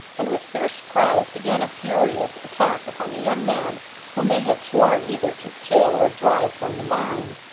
and with fierce cries began a furious attack upon the young man whom they had sworn either to kill or drive from the mine.